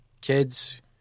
kids